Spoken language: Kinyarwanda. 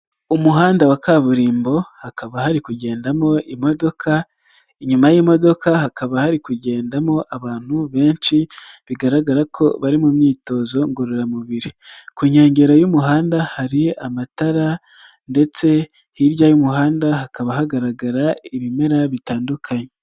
Umuhanda wa kaburimbo hakaba hari kugendamo imodoka, inyuma y'imodoka hakaba hari kugendamo abantu benshi bigaragara ko bari mu myitozo ngororamubiri, ku nkengero y'umuhanda hari amatara ndetse hirya y'umuhanda hakaba hagaragara ibimera bitandukanye.